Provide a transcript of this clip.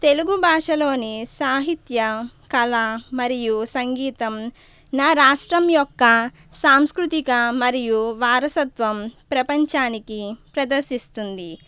తెలుగుభాషలోని సాహిత్య కళ మరియు సంగీతం నా రాష్ట్రం యొక్క సాంస్కృతిక మరియు వారసత్వం ప్రపంచానికి ప్రదర్శిస్తుంది